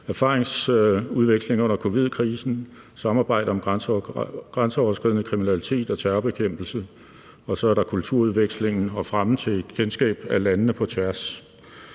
erfaringsudveksling under covid-19-krisen, samarbejde om grænseoverskridende kriminalitet og terrorbekæmpelse, og så er der kulturudvekslingen og fremme af kendskab til landene på tværs.